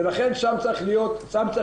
לכן, שם צריך להיות המוקד.